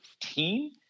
team